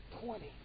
twenty